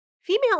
Female